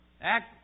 Act